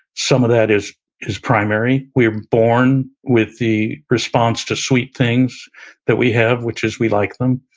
some of that is is primary. we are born with the response to sweet things that we have which is we like them,